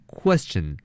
question